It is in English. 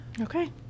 Okay